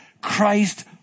Christ